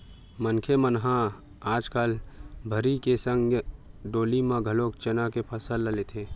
मनखे मन ह आजकल भर्री के संग डोली म घलोक चना के फसल ल लेथे